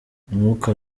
umwuka